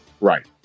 Right